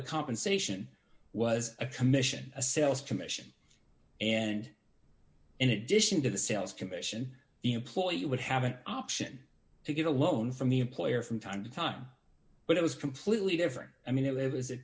the compensation was a commission a sales commission and in addition to the sales commission the employee would have an option to get a loan from the employer from time to time but it was completely different i mean it was